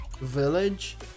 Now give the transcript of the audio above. village